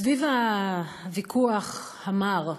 סביב הוויכוח המר,